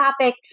topic